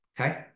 Okay